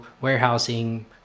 warehousing